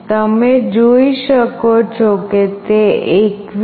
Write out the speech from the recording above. તમે જોઈ શકો છો કે તે 21